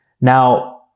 now